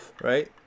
Right